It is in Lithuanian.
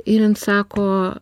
ir jin sako